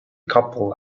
couple